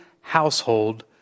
household